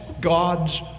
God's